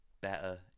better